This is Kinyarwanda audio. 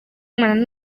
mwanya